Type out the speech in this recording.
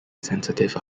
sensitive